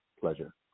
pleasure